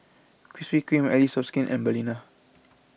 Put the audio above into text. Krispy Kreme Allies of Skin and Balina